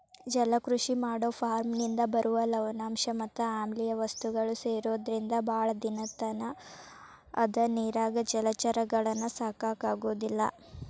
ಜಲಕೃಷಿ ಮಾಡೋ ಫಾರ್ಮನಿಂದ ಬರುವ ಲವಣಾಂಶ ಮತ್ ಆಮ್ಲಿಯ ವಸ್ತುಗಳು ಸೇರೊದ್ರಿಂದ ಬಾಳ ದಿನದತನ ಅದ ನೇರಾಗ ಜಲಚರಗಳನ್ನ ಸಾಕಾಕ ಆಗೋದಿಲ್ಲ